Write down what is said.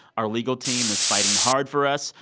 our legal team is fighting hard for us.